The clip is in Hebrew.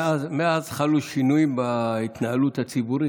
מאז חלו שינויים בהתנהלות הציבורית,